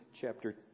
chapter